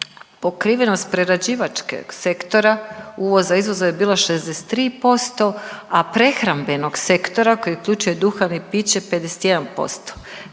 Pokrivenost prerađivačkog sektora uvoza izvoza je bila 63%, a prehrambenog sektora koji uključuje duhan i piće 51%,